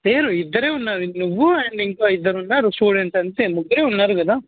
లేరు ఇద్దరు ఉన్నారు నువ్వు అండ్ ఇంకొక ఇద్దరు ఉన్నారు స్టూడెంట్ అంతే ముగ్గురు ఉన్నారు కదా